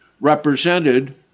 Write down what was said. represented